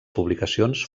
publicacions